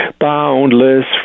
boundless